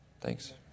Thanks